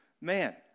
Man